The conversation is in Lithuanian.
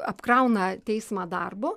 apkrauna teismą darbu